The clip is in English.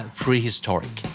prehistoric